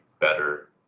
better